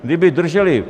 Kdyby drželi...